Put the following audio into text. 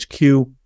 HQ